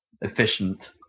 efficient